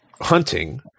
hunting